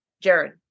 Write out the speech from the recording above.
Jared